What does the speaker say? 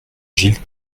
gilles